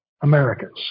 Americans